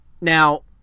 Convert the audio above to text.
Now